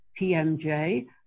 TMJ